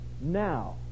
now